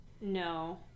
no